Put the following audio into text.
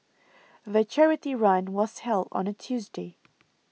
the charity run was held on a Tuesday